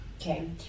Okay